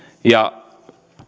ja